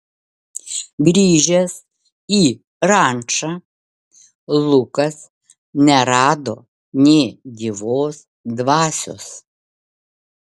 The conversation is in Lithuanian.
grįžęs į rančą lukas nerado nė gyvos dvasios